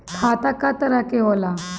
खाता क तरह के होला?